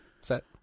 set